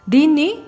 Dini